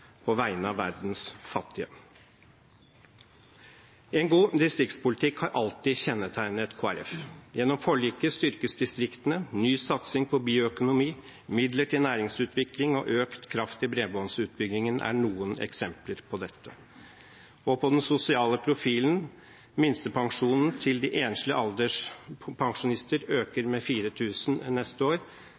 på vegne av verdens fattige. En god distriktspolitikk har alltid kjennetegnet Kristelig Folkeparti. Gjennom forliket styrkes distriktene. Ny satsing på bioøkonomi, midler til næringsutvikling og økt kraft i bredbåndsutbyggingen er noen eksempler på dette. Når det gjelder den sosiale profilen, øker minstepensjonen til enslige alderspensjonister med 4 000 kr neste år.